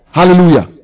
hallelujah